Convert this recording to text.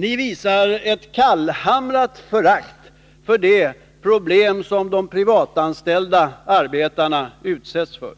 Ni visar ett kallhamrat förakt för de problem.som de privatanställda arbetarna utsätts för.